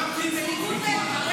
--- המוזיאון באום אל-פחם.